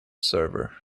server